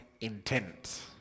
intent